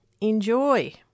enjoy